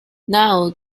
now